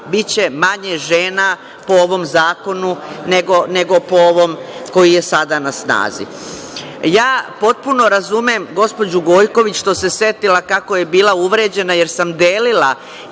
biće manje žena po ovom zakonu, nego po ovom koji je sada na snazi. Ja potpuno razumem gospođu Gojković, što se setila kako je bila uvređena, jer sam delila